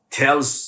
tells